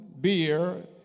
beer